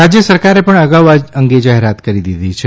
રાજય સરકારે પણ અગાઉ આ અંગે જાહેરાત કરી દીધી છે